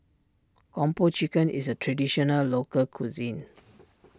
Kung Po Chicken is a Traditional Local Cuisine